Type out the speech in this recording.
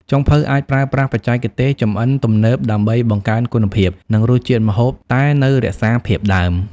ចុងភៅអាចប្រើប្រាស់បច្ចេកទេសចម្អិនទំនើបដើម្បីបង្កើនគុណភាព និងរសជាតិម្ហូប តែនៅរក្សាភាពដើម។